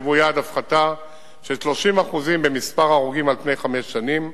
קבעו יעד הפחתה של 30% במספר ההרוגים על פני חמש שנים.